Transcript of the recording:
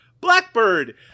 Blackbird